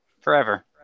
forever